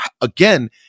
again